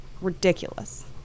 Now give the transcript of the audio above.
ridiculous